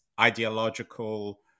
ideological